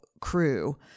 crew